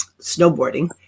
snowboarding